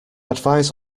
advise